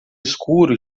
escuro